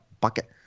bucket